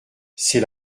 c’est